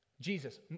Jesus